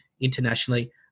internationally